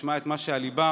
תשמע את מה שעל ליבם,